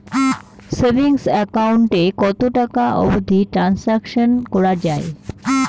Savings account এ কতো টাকা অবধি ট্রানসাকশান করা য়ায়?